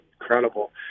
incredible